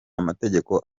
amategeko